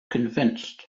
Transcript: convinced